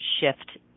shift